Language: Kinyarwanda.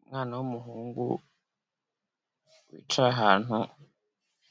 Umwana w'umuhungu wicaye ahantu